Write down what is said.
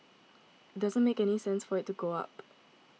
it doesn't make any sense for it to go up